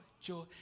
joy